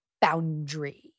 boundary